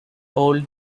old